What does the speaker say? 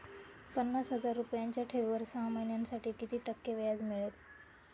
पन्नास हजार रुपयांच्या ठेवीवर सहा महिन्यांसाठी किती टक्के व्याज मिळेल?